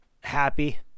Happy